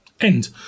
end